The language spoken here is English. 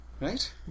right